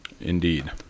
Indeed